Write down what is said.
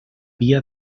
via